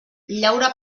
llaura